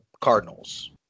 Cardinals